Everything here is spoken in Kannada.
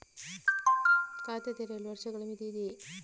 ಖಾತೆ ತೆರೆಯಲು ವರ್ಷಗಳ ಮಿತಿ ಇದೆಯೇ?